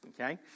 okay